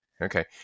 Okay